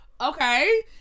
Okay